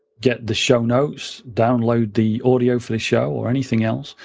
get the show notes, download the audio for the show, or anything else,